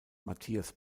matthias